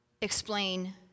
explain